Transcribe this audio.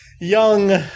Young